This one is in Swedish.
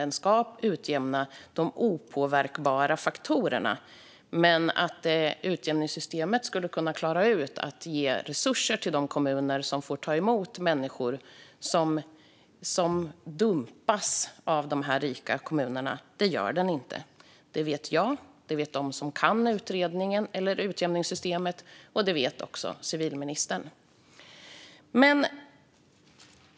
Det ska utjämna de opåverkbara faktorerna, men tror någon att utjämningssystemet skulle kunna klara att ge resurser till de kommuner som får ta emot människor som dumpas av de rika kommunerna vill jag säga att det gör det inte. Det vet jag, det vet de som kan utjämningssystemet och det vet också civilministern.